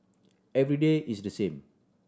every day is the same